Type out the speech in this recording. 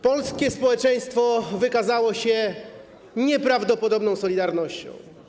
Polskie społeczeństwo wykazało się nieprawdopodobną solidarnością.